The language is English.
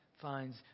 finds